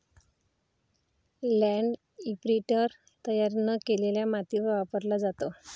land imprinter तयार न केलेल्या मातीवर वापरला जातो